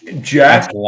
Jack